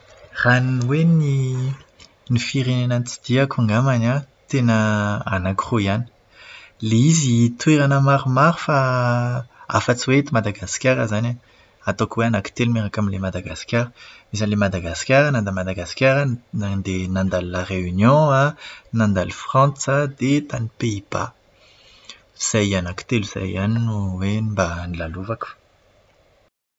Raha ny hoe ny ny firenena notsidihiko angambany an, tena anakiroa ihany. Ilay izy toerana maromaro fa afa-tsy hoe eto Madagasikara izany e. Ataoko hoe anaky telo miaraka amin'ilay Madagasikara. Misy an'ilay Madagasikara, nandà Madagasikara aho nandeha nandalo La Réunion an, tany Frantsa dia tany Pays-Bas. Izay anaky telo izay ihany no hoe mba nolalovako.